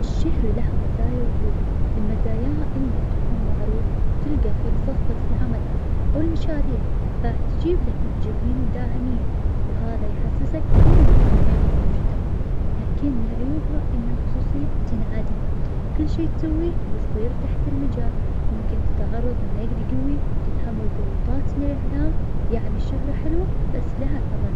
في عطلات نهايات الاسبوع, أفضل استمتع بوقتي اهلي وأصدجائي, أحب أروح للمطاعم, ونجلس ونتغدا سوا, أو أخرج في البر واشوي لحم, بعد أحب امارس الرياضة, مثل المشي, أو الجري, او حتى أستمتع بمشاهدة الافلام في البيت, العطلة فرصة للاسترخاء والتمتع بالوقت, بعيد عن زحمة الاسبوع والشغل والدوامات.